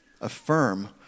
affirm